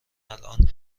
الان